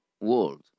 world